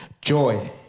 joy